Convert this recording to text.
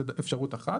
זאת אפשרות אחת.